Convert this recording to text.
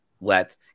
let